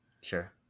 sure